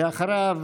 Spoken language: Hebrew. ואחריו,